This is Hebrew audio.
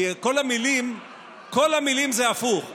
כי כל המילים זה הפוך.